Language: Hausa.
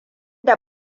da